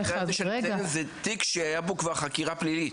במקרה הזה אני נותן זה תיק שהיה בו כבר חקירה פלילית.